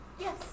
Yes